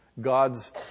God's